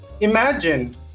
imagine